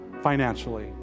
financially